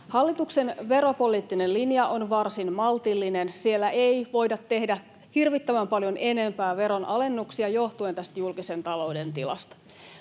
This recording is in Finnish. Hallituksen veropoliittinen linja on varsin maltillinen. Siellä ei voida tehdä hirvittävän paljon enempää veronalennuksia johtuen tästä julkisen talouden tilasta.